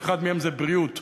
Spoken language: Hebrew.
ואחת מהן זו בריאות,